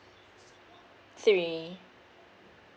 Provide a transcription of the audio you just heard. three